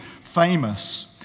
famous